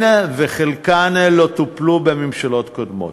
כן, וחלקן לא טופלו בממשלות הקודמות.